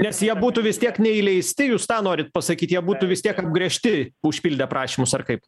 nes jie būtų vis tiek neįleisti jūs norit pasakyt jie būtų vis tiek apgręžti užpildę prašymus ar kaip